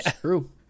True